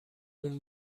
اون